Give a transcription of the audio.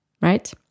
Right